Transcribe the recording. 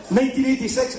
1986